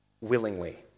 willingly